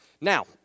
Now